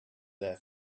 their